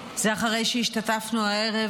זה אחרי שהשתתפנו הערב